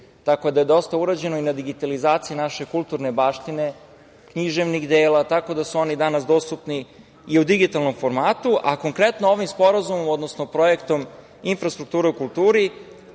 tako da je dosta urađeno i na digitalizaciji naše kulturne baštine, književnih dela, tako da su oni danas dostupni i u digitalnom formatu. Konkretno, ovim sporazumom, odnosno projektom - Infrastruktura u kulturi,